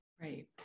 Right